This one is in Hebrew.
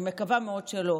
אני מקווה מאוד שלא,